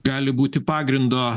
gali būti pagrindo